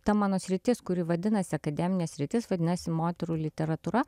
ta mano sritis kuri vadinasi akademinė sritis vadinasi moterų literatūra